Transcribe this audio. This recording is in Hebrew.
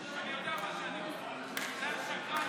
זה השקרן